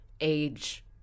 age